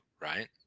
right